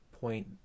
point